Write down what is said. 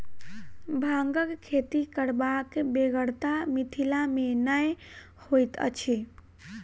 भांगक खेती करबाक बेगरता मिथिला मे नै होइत अछि